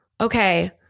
okay